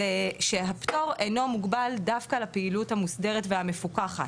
שהפטור אינו מוגבל דווקא על הפעילות המוסדרת והמפוקחת.